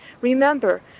Remember